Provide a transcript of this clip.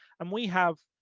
and we have